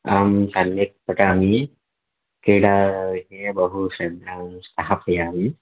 अहं सम्यक् पठामि क्रीडाविषये बहु श्रद्धां स्थापयामि